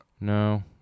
No